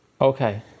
okay